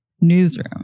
newsroom